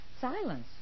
Silence